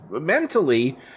mentally